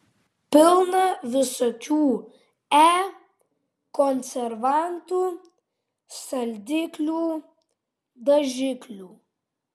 pilna visokių e konservantų saldiklių dažiklių